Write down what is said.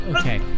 Okay